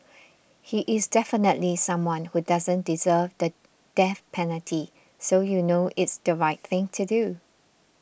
he is definitely someone who doesn't deserve the death penalty so you know it's the right thing to do